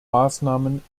maßnahmen